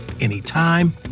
anytime